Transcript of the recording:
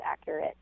accurate